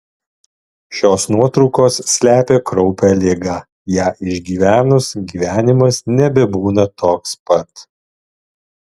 šios nuotraukos slepia kraupią ligą ją išgyvenus gyvenimas nebebūna toks pat